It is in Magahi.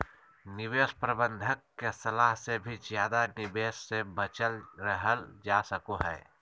निवेश प्रबंधक के सलाह से भी ज्यादा निवेश से बचल रहल जा सको हय